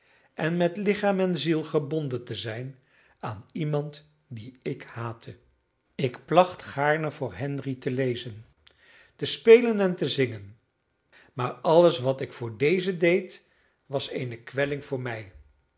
en met lichaam en ziel gebonden te zijn aan iemand dien ik haatte ik placht gaarne voor henry te lezen te spelen en te zingen maar alles wat ik voor deze deed was eene kwelling voor mij